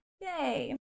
Yay